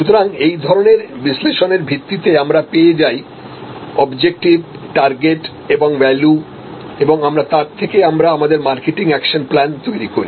সুতরাং এই ধরনের বিশ্লেষণের ভিত্তিতে আমরা পেয়ে যাইঅবজেক্টিভ টার্গেট এবংভ্যালু এবং তার থেকে আমরা আমাদেরমারকেটিং একশন প্লান তৈরি করি